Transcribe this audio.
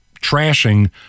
trashing